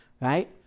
right